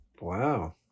Wow